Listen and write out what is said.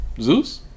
Zeus